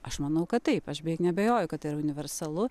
aš manau kad taip aš beik neabejoju kad tai yra universalu